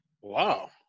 Wow